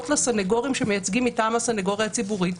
לסנגורים שמייצגים מטעם הסנגוריה הציבורית,